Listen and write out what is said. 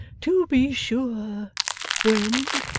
to be sure when?